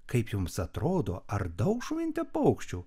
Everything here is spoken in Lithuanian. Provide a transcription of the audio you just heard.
kaip jums atrodo ar daug žuvinte paukščių